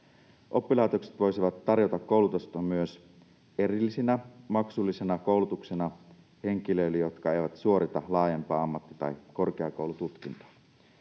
Oppilaitokset voisivat tarjota koulutusta myös erillisenä maksullisena koulutuksena henkilöille, jotka eivät suorita laajempaa ammatti- tai korkeakoulututkintoa.